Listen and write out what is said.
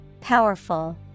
Powerful